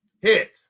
Hit